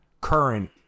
current